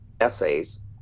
essays